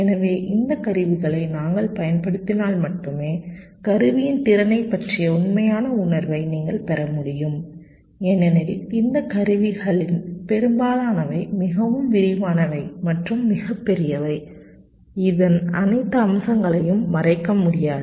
எனவே இந்த கருவிகளை நாங்கள் பயன்படுத்தினால் மட்டுமே கருவியின் திறனைப் பற்றிய உண்மையான உணர்வை நீங்கள் பெற முடியும் ஏனெனில் இந்த கருவிகளில் பெரும்பாலானவை மிகவும் விரிவானவை மற்றும் மிகப்பெரியவை இதன் அனைத்து அம்சங்களையும் மறைக்க முடியாது